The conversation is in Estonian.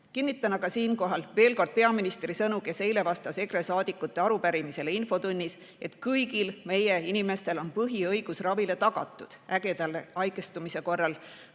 Kinnitan aga siinkohal veel kord peaministri sõnu, kes eile vastas EKRE saadikute arupärimisele infotunnis, et kõigil meie inimestel on põhiõigus ravile tagatud. Ägeda haigestumise korral